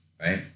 right